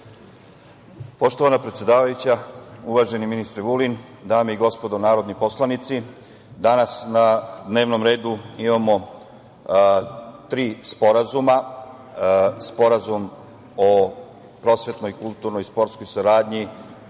Poštovana predsedavajuća, uvaženi ministre Vulin, dame i gospodo narodni poslanici, danas na dnevnom redu imamo tri sporazuma: Sporazum o prosvetnoj, kulturnoj i sportskoj saradnji